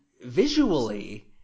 visually